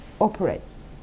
operates